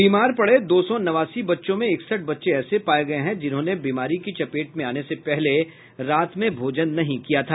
बीमार पड़े दो सौ नवासी बच्चों में इकसठ बच्चे ऐसे पाये गये हैं जिन्होंने बीमारी की चपेट में आने से पहले रात में भोजन नहीं किया था